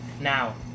Now